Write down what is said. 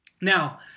Now